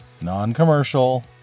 Non-Commercial